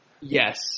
Yes